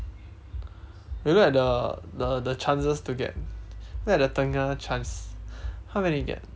you look at the the the chances to get look at the tengah chance how many you get